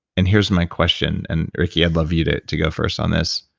and here's my question. and ricki, i'd love you to to go first on this.